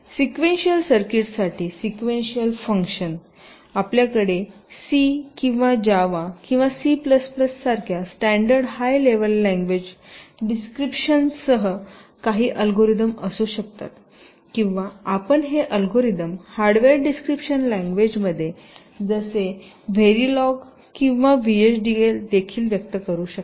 sequential सर्किट्ससाठी sequential function आपल्याकडे C किंवा जावा किंवा सी सारख्या स्टॅंडर्ड हाय लेवल लँग्वेज डिस्क्रिपशनसह काही अल्गोरिदम असू शकतात किंवा आपण हे अल्गोरिदम हार्डवेअर डिस्क्रिपशन लँग्वेजमध्ये जसे व्हॅरिलोग किंवा व्हीएचडीएल देखील व्यक्त करू शकता